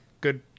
good